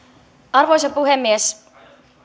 arvoisa puhemies